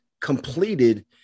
completed